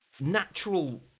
natural